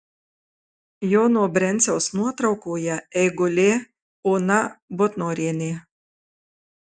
jono brenciaus nuotraukoje eigulė ona butnorienė